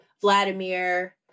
Vladimir